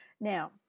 Now